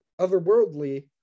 otherworldly